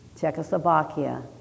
Czechoslovakia